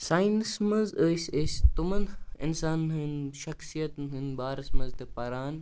science منٛز ٲسۍ أسۍ تِمَن اِنسانَن ہٕنٛدۍ شَخصیتَن ہٕنٛدۍ بارَس منٛز تہِ پَران